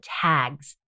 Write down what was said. tags